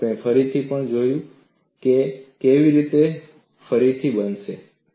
આપણે ફરીથી પણ જોઈશું કે આ કેવી રીતે ફરીથી બની શકે